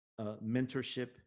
mentorship